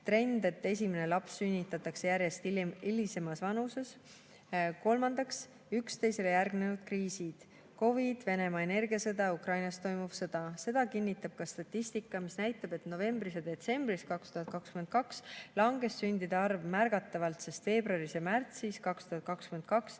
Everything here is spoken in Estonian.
trend, et esimene laps sünnitatakse järjest hilisemas vanuses. Kolmandaks, üksteisele järgnenud kriisid: COVID, Venemaa energiasõda, Ukrainas toimuv sõda. Seda kinnitab ka statistika, mis näitab, et novembris ja detsembris 2022 langes sündide arv märgatavalt, sest veebruaris ja märtsis 2022, kui